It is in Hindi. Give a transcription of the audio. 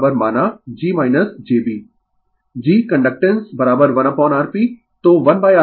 Refer slide Time 0631 G conductance 1Rp